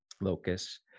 locus